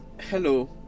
Hello